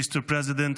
Mr. President,